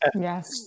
yes